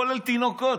כולל תינוקות.